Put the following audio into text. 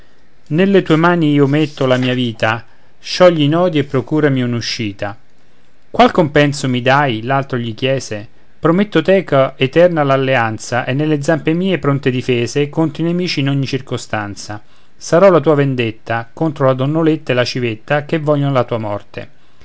nelle tue mani io metto la mia vita sciogli i nodi e procurami un'uscita qual compenso mi dài l altro gli chiese prometto teco eterna l'alleanza e nelle zampe mie pronte difese contro i nemici in ogni circostanza sarò la tua vendetta contro la donnoletta e la civetta che voglion la tua morte